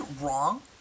wrong